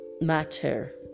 Matter